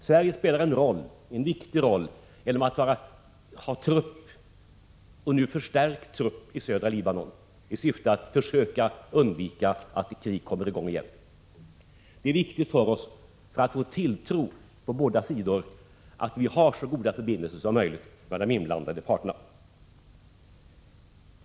Sverige spelar en viktig roll genom att ha en förstärkt trupp i södra Libanon i syfte att försöka undvika att krig kommer i gång igen. För att vi skall få tilltro hos båda sidor är det viktigt för oss att vi har så goda förbindelser som möjligt med de inblandade parterna.